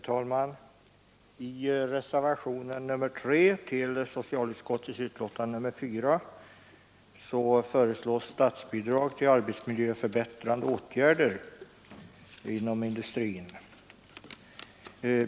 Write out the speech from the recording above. Herr talman! I reservationen 3 till socialutskottets betänkande nr 4 föreslås statsbidrag till arbetsmiljöförbättrande åtgärder inom industrin.